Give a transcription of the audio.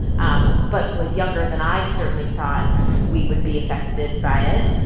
um but was younger than i certainly thought we would be affected by it,